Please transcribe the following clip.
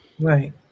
Right